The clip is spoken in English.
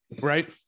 Right